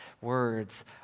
words